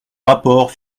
rapport